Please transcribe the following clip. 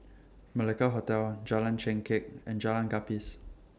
Malacca Hotel Jalan Chengkek and Jalan Gapis